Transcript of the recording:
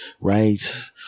right